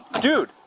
Dude